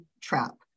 trap